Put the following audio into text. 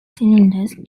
cylinders